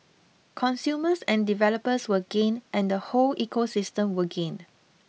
consumers and developers will gain and the whole ecosystem will gain